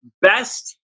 best